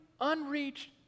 unreached